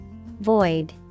Void